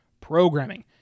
programming